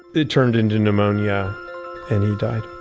it turned into pneumonia and he died.